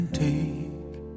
take